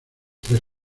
tres